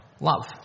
love